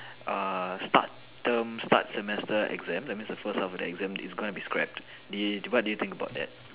err start term start semester exam that means the first half of the exam is gonna be scrapped they what do you think about